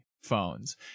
phones